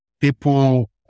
people